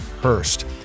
Hurst